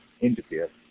interfere